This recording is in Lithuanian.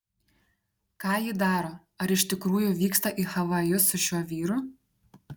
ką ji daro ar iš tikrųjų vyksta į havajus su šiuo vyru